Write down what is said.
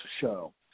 show